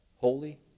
Holy